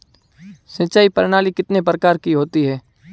सिंचाई प्रणाली कितने प्रकार की होती है?